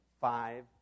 five